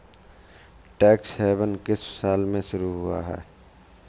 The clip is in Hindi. टैक्स हेवन किस साल में शुरू हुआ है?